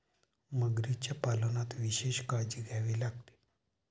मगरीच्या पालनात विशेष काळजी घ्यावी लागते